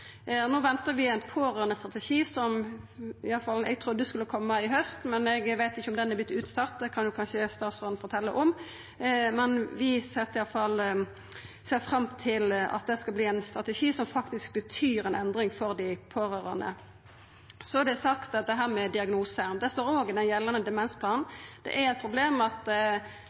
No ventar vi ein pårørandestrategi – som iallfall eg trudde skulle koma i haust, men eg veit ikkje om han har vorte utsett, det kan jo kanskje statsråden fortelja om – og vi ser fram til at det skal verta ein strategi som faktisk betyr ei endring for dei pårørande. Så er det snakk om dette med diagnose – det står òg i den gjeldande demensplanen – det er eit problem at